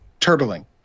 turtling